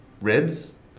Ribs